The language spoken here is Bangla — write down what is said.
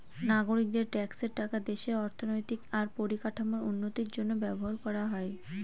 নাগরিকদের ট্যাক্সের টাকা দেশের অর্থনৈতিক আর পরিকাঠামোর উন্নতির জন্য ব্যবহার করা হয়